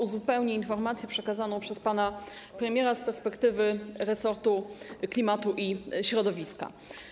Uzupełnię informację przekazaną przez pana premiera z perspektywy resortu klimatu i środowiska.